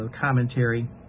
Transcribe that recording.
commentary